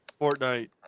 Fortnite